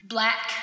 Black